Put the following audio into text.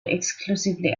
exclusively